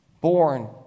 Born